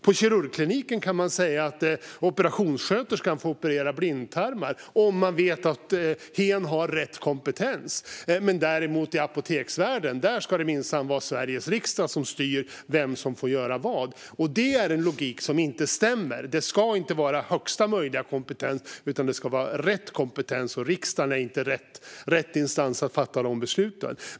På kirurgkliniken kan man säga att operationssköterskan får operera blindtarmar om man vet att hen har rätt kompetens, men i apoteksvärlden ska minsann Sveriges riksdag styra vem som får göra vad. Det är en logik som inte stämmer. Det ska inte vara högsta möjliga kompetens utan rätt kompetens. Riksdagen är inte rätt instans att fatta de besluten.